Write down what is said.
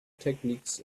techniques